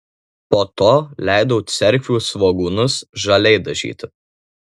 po to leidau cerkvių svogūnus žaliai dažyti